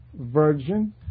virgin